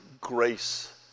grace